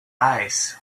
eyes